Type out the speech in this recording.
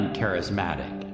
charismatic